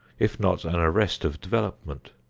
if not an arrest of development.